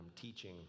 teaching